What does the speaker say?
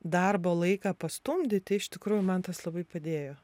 darbo laiką pastumdyti iš tikrųjų man tas labai padėjo